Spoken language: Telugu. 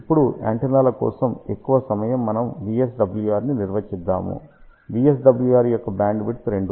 ఇప్పుడు యాంటెన్నాల కోసం ఎక్కువ సమయం మనము VSWR ని నిర్వచిద్దాము VSWR యొక్క బ్యాండ్విడ్త్ 2